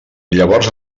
llavors